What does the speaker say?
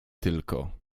tylko